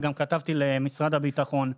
וגם כתבתי למשרד הביטחון: